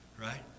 right